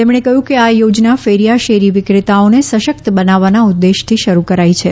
તેમણે કહ્યું કે આ યોજના ફેરિયા શેરી વિક્રેતાઓને સશક્ત બનાવવાના ઉદેશ્યથી શરૃ કરાઇ છે